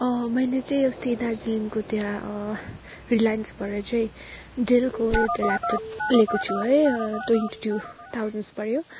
मैले चाहिँ अस्ति दार्जिलिङको त्यहाँ रिलाइन्सबाट चाहिँ डेलको एउटा ल्यापटप लिएको छु है ट्वेन्टी टु थाउजन्ड्स पऱ्यो